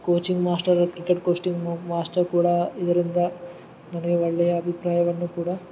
coaching master cricket coaching master ಕೂಡ ಇದರಿಂದ ನನಗೆ ಒಳ್ಳೆಯ ಅಭಿಪ್ರಾಯವನ್ನು ಕೂಡ